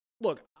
look